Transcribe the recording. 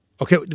Okay